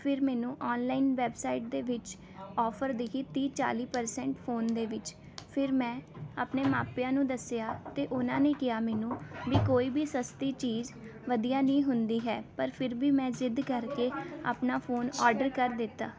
ਫਿਰ ਮੈਨੂੰ online website ਦੇ ਵਿੱਚ ਆਫਰ ਦਿੱਖੀ ਤੀਹ ਚਾਲ਼ੀ ਪਰਸੈਂਟ ਫੋਨ ਦੇ ਵਿੱਚ ਫਿਰ ਮੈਂ ਆਪਣੇ ਮਾਪਿਆਂ ਨੂੰ ਦੱਸਿਆ ਤਾਂ ਉਹਨਾਂ ਨੇ ਕਿਹਾ ਮੈਨੂੰ ਵੀ ਕੋਈ ਵੀ ਸਸਤੀ ਚੀਜ਼ ਵਧੀਆ ਨਹੀਂ ਹੁੰਦੀ ਹੈ ਪਰ ਫਿਰ ਵੀ ਮੈਂ ਜ਼ਿੱਦ ਕਰਕੇ ਆਪਣਾ ਫੋਨ ਆਰਡਰ ਕਰ ਦਿੱਤਾ